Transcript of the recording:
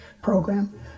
program